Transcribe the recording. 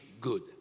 good